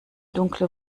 dunkle